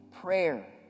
prayer